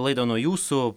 laidą nuo jūsų